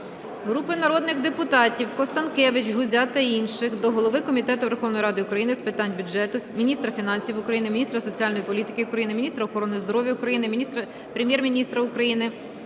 Групи народних депутатів (Констанкевич, Гузя та інших) до Голови Комітету Верховної Ради України з питань бюджету, міністра фінансів України, міністра соціальної політики України, міністра охорони здоров'я України, Прем'єр-міністра України,